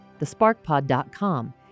thesparkpod.com